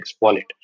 wallet